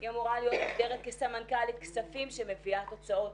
היא אמורה להיות מוגדרת כסמנכ"לית כספים שמביאה תוצאות.